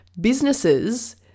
businesses